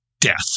death